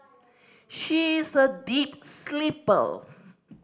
she is a deep sleeper